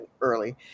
early